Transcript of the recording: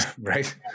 Right